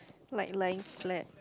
like lying flat